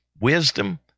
wisdom